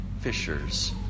fishers